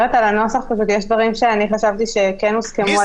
חשבתי שכן הוסכמו על ידי היושב-ראש.